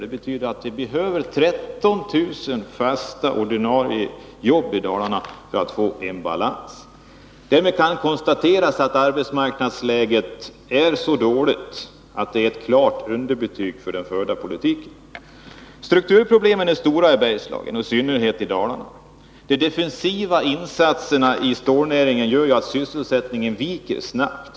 Detta betyder att vi behöver 13 000 fasta, ordinarie jobb i Dalarna för att få balans. Därmed kan konstateras att arbetsmarknadsläget i Dalarna är så dåligt att det utgör ett klart underbetyg för den förda politiken. Strukturproblemen är stora i Bergslagen och i synnerhet i Dalarna. De defensiva insatserna inom stålnäringen gör att sysselsättningen viker snabbt.